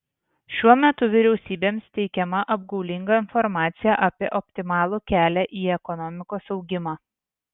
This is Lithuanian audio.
šiuo metu vyriausybėms teikiama apgaulinga informacija apie optimalų kelią į ekonomikos augimą